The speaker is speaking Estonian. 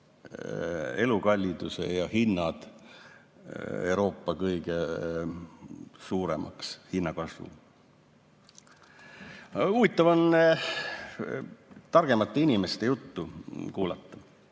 elukalliduse ja hinnakasvu Euroopa kõige suuremaks. Huvitav on targemate inimeste juttu kuulata.